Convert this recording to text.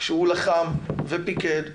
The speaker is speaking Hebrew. כשהוא לחם ופיקד.